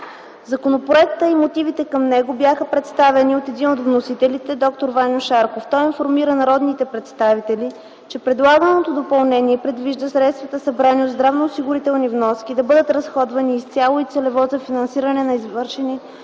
Законопроектът и мотивите към него бяха представени от един от вносителите – д-р Ваньо Шарков. Той информира народните представители, че предлаганото допълнение предвижда средствата, събрани от здравноосигурителни вноски, да бъдат разходвани изцяло и целево за финансиране на извършени